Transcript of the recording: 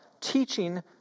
teaching